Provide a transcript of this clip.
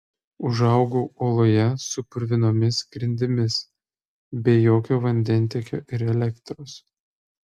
užaugau oloje su purvinomis grindimis be jokio vandentiekio ir elektros